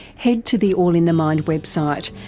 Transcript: head to the all in the mind website,